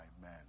men